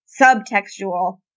subtextual